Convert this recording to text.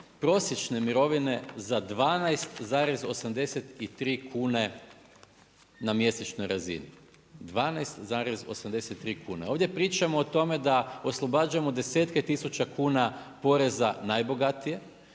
prosječne mirovine za 12,83 kune na mjesečnoj razini, 12,83 kune. Ovdje pričamo o tome da oslobađamo desetke tisuća kuna poreza za najbogatije,